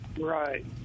Right